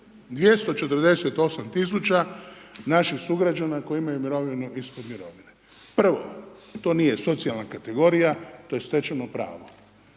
248000 naših sugrađana koji imaju mirovinu ispod mirovine. Prvo, to nije socijalna kategorija, to je stečeno pravo.